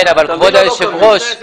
כביל או לא כביל?